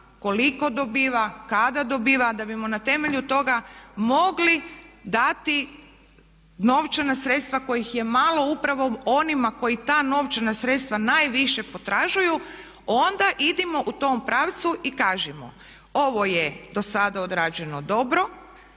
koliko dobiva, kada dobiva da bi mu na temelju toga mogli dati novčana sredstva kojih je malo upravo onima koji ta novčana sredstva najviše potražuju onda idimo u tom pravcu i kažimo ovo je do sada odrađeno dobro,